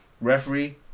Referee